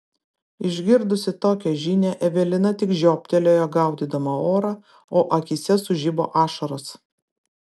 išgirdusi tokią žinią evelina tik žioptelėjo gaudydama orą o akyse sužibo ašaros